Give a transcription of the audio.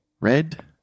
red